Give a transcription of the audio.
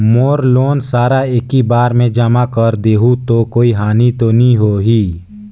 मोर loan सारा एकी बार मे जमा कर देहु तो कोई हानि तो नी होही?